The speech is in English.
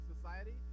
society